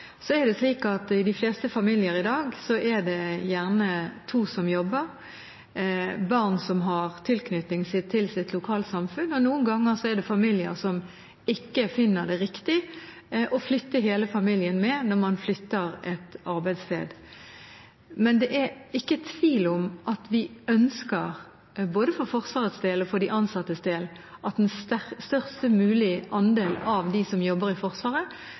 Så er det slik i de fleste familier i dag at det gjerne er to som jobber, barn har tilknytning til sitt lokalsamfunn, og noen ganger er det familier som ikke finner det riktig å flytte hele familien med når man flytter arbeidssted. Men det er ikke tvil om at vi ønsker, både for Forsvarets del og for de ansattes del, at en størst mulig andel av dem som jobber i Forsvaret,